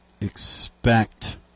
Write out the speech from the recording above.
expect